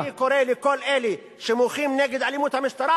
אני קורא לכל אלה שמוחים נגד אלימות המשטרה